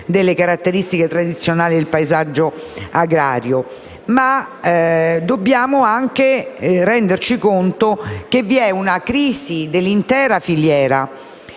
delle caratteristiche tradizionali del paesaggio agrario, ma dobbiamo anche renderci conto che vi è una crisi dell'intera filiera